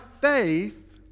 faith